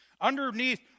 Underneath